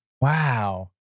wow